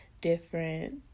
different